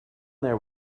there